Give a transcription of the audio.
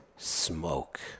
Smoke